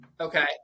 Okay